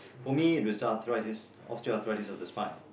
for me this arthritis osteoarthritis of the spine